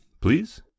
please